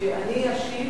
שאני אשיב,